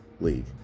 league